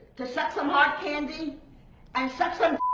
to suck some hard candy and suck some